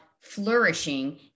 flourishing